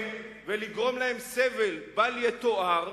מבתיהם ולגרום להם סבל בל יתואר,